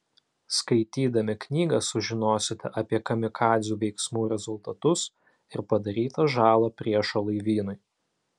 skaitydami knygą sužinosite apie kamikadzių veiksmų rezultatus ir padarytą žalą priešo laivynui